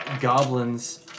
goblins